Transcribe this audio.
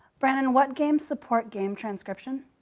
brannon, what games support game transcription?